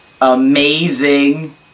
amazing